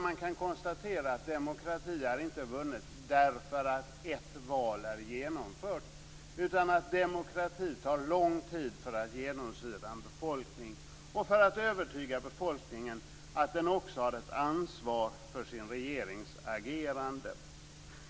Man kan konstatera att demokrati inte är vunnen därför att ett val är genomfört utan att det tar lång tid för demokratin för att genomsyra befolkningen liksom för att övertyga befolkningen om att den också har ett ansvar för sin regerings agerande.